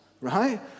Right